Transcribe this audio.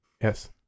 Yes